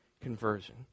conversion